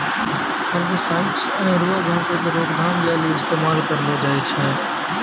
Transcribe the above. herbicides अनेरुआ घासो के रोकथाम लेली इस्तेमाल करलो जाय छै